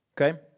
Okay